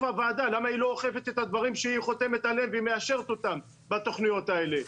למה היא לא אוכפת את הדברים שהיא חותמת עליהם ומאשרת אותם בתכניות האלה?